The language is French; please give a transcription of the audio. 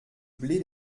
blé